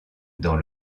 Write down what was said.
dans